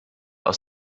aus